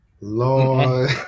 Lord